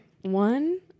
one